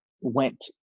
went